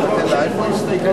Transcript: יש חוק שאין בו הסתייגויות,